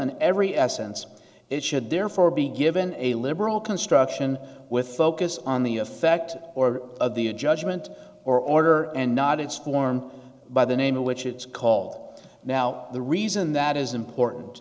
and every essence of it should therefore be given a liberal construction with focus on the effect or the a judgment or order and not its form by the name of which it is called now the reason that is important